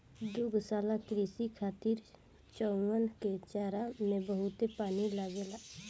दुग्धशाला कृषि खातिर चउवन के चारा में बहुते पानी लागेला